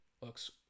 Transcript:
looks